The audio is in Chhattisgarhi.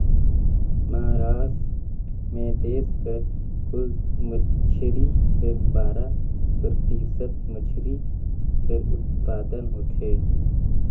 महारास्ट में देस कर कुल मछरी कर बारा परतिसत मछरी कर उत्पादन होथे